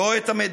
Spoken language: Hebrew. לא את המדינה,